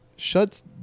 shuts